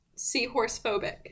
Seahorse-phobic